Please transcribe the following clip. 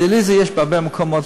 דיאליזה יש בהרבה מקומות,